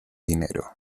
dinero